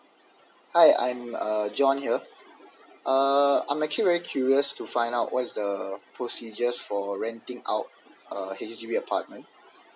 hi I'm uh john here uh I'm actually very curious to find out what is the procedures for renting out a H_D_B apartment